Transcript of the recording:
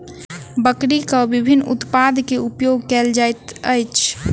बकरीक विभिन्न उत्पाद के उपयोग कयल जाइत अछि